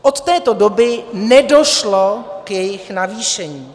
Od této doby nedošlo k jejich navýšení.